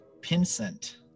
Pinsent